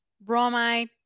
bromide